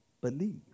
believe